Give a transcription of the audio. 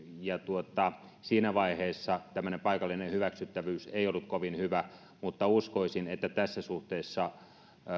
ja siinä vaiheessa tämmöinen paikallinen hyväksyttävyys ei ollut kovin hyvä mutta uskoisin että tässä suhteessa